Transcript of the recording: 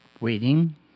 waiting